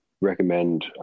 recommend